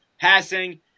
passing